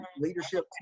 leadership